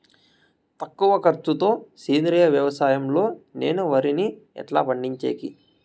తక్కువ ఖర్చు తో సేంద్రియ వ్యవసాయం లో నేను వరిని ఎట్లా పండించేకి?